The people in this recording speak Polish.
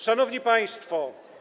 Szanowni Państwo!